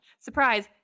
surprise